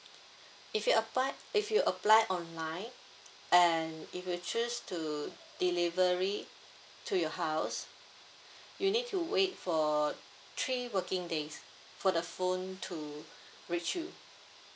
if you apply if you apply online and if you choose to delivery to your house you need to wait for three working days for the phone to reach you